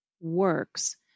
works